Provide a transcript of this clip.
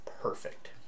perfect